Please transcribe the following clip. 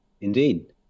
Indeed